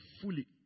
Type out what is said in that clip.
fully